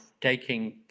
taking